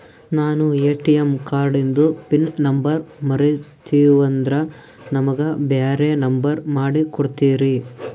ನಾನು ಎ.ಟಿ.ಎಂ ಕಾರ್ಡಿಂದು pin number ಮರತೀವಂದ್ರ ನಮಗ ಬ್ಯಾರೆ ನಂಬರ್ ಮಾಡಿ ಕೊಡ್ತೀರಿ?